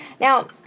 Now